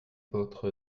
votre